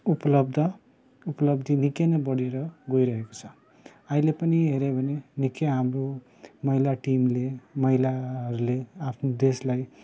उपलब्ध उपलब्धि निकै नै बडेर गइरहेको छ अहिले पनि हेऱ्यो भने निकै हाम्रो महिला टिमले महिलाहरूले आफ्नो देशलाई